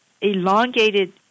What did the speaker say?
elongated